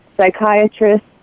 psychiatrist